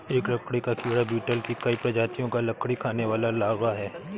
एक लकड़ी का कीड़ा बीटल की कई प्रजातियों का लकड़ी खाने वाला लार्वा है